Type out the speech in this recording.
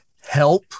help